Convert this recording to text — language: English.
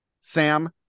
Sam